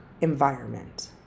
environment